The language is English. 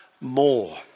more